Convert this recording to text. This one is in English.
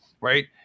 right